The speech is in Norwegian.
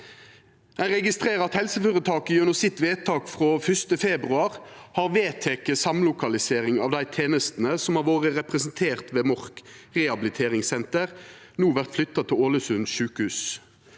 Eg registrerer at helseføretaket gjennom sitt vedtak 1. februar har vedteke samlokalisering, og at dei tenestene som har vore representerte ved Mork rehabiliteringssenter, no vert flytta til Ålesund sjukehus.